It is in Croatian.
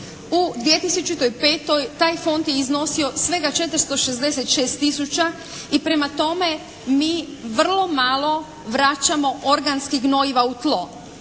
u 2005. taj Fond je iznosio svega 466 tisuća i prema tome mi vrlo malo vraćamo organska gnojiva u tlo.